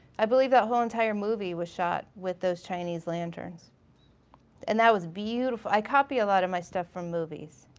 i believe that whole entire movie was shot with those chinese lanterns and that was beautiful. i copy a lot of my stuff from movies.